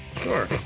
Sure